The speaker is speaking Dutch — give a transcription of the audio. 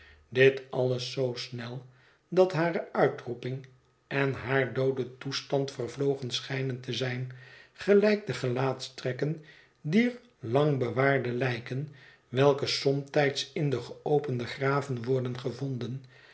dit alles zoo snel dat hare uitroeping en haar doode toestand vervlogen schijnen te zijn gelijk de gelaatstrekken dier lang bewaarde lijken welke somtijds in de geopende graven worden gevonden